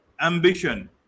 ambition